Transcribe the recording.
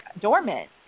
dormant